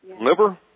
Liver